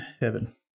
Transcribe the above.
heaven